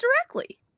directly